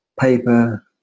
paper